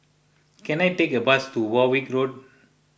can I take a bus to Warwick Road